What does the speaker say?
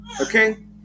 okay